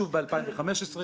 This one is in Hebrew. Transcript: שוב ב-2015,